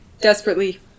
Desperately